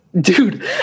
dude